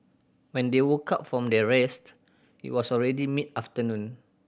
when they woke up from their rest it was already mid afternoon